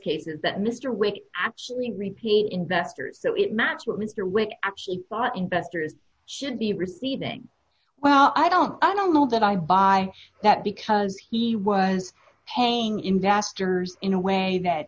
cases that mr witt actually repeat investors so it matched what mr wick actually thought investors should be receiving well i don't i don't know that i buy that because he was paying investors in a way that